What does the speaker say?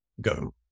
go